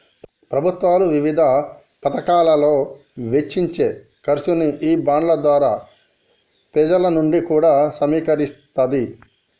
ప్రభుత్వాలు వివిధ పతకాలలో వెచ్చించే ఖర్చుని ఈ బాండ్ల ద్వారా పెజల నుంచి కూడా సమీకరిస్తాది